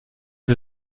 sie